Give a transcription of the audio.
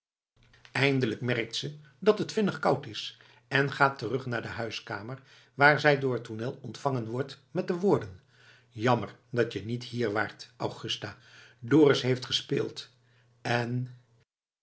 eindelijk merkt ze dat het vinnig koud is en gaat terug naar de huiskamer waar zij door tournel ontvangen wordt met de woorden jammer dat je niet hier waart augusta dorus heeft gespeeld en